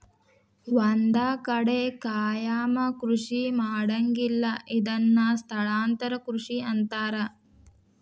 ಒಂದ ಕಡೆ ಕಾಯಮ ಕೃಷಿ ಮಾಡಂಗಿಲ್ಲಾ ಇದನ್ನ ಸ್ಥಳಾಂತರ ಕೃಷಿ ಅಂತಾರ